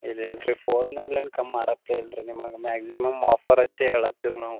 ಇಲ್ಲ ಇಲ್ಲ ರೀ ಫೋನ್ ಮ್ಯಾಲೆ ಏನು ಕಮ್ಮಿ ಮಾಡೋಕ್ಕೇ ಇಲ್ಲ ರೀ ನಿಮಗೆ ಮ್ಯಾಕ್ಸಿಮಮ್ ಆಫರ್ ಹಚ್ಚೇ ಹೇಳತ್ತೀವ್ ನಾವು